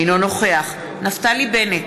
אינו נוכח נפתלי בנט,